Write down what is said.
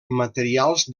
materials